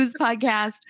podcast